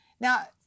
Now